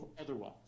otherwise